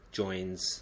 joins